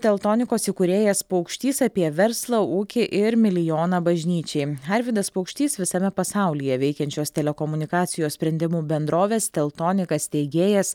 teltonikos įkūrėjas paukštys apie verslą ūkį ir milijoną bažnyčiai arvydas paukštys visame pasaulyje veikiančios telekomunikacijos sprendimų bendrovės teltonika steigėjas